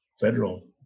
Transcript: federal